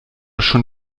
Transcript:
schon